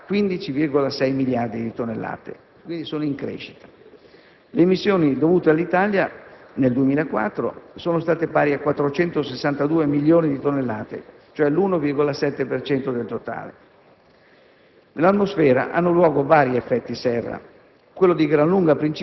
cioè 21 anni prima, le immissioni sono state pari a 15,6 miliardi di tonnellate; dunque, sono in crescita. Le immissioni dovute all'Italia nel 2004 sono state pari a 462 milioni di tonnellate, cioè l'1,7 per cento